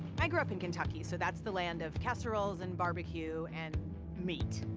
i grew up in kentucky so that's the land of casseroles and barbecue and meat.